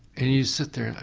and you sit there and